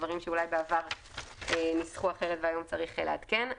דברים שאולי בעבר ניסחו אחרת והיום צריך לעדכן.